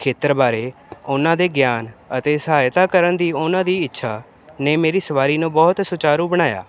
ਖੇਤਰ ਬਾਰੇ ਉਹਨਾਂ ਦੇ ਗਿਆਨ ਅਤੇ ਸਹਾਇਤਾ ਕਰਨ ਦੀ ਉਹਨਾਂ ਦੀ ਇੱਛਾ ਨੇ ਮੇਰੀ ਸਵਾਰੀ ਨੂੰ ਬਹੁਤ ਸੁਚਾਰੂ ਬਣਾਇਆ